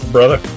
Brother